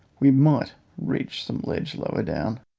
we might reach some ledge lower down.